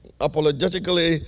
apologetically